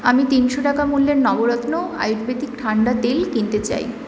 আমি তিনশো টাকা মূল্যের নবরত্ন আয়ুর্বেদিক ঠান্ডা তেল কিনতে চাই